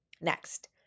Next